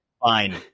Fine